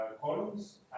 columns